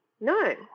No